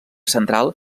central